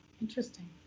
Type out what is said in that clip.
Interesting